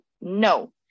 No